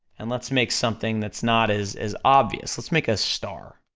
and let's make something that's not as as obvious, let's make a star.